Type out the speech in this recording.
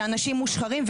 שאנשים מושחרים,